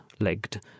legged